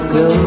go